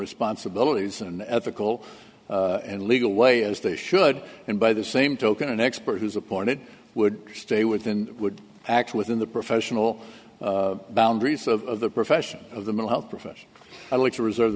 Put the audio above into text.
responsibilities an ethical and legal way as they should and by the same token an expert who's appointed would stay within would actually in the professional boundaries of the profession of the mill health profession i'd like to reserve